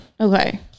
Okay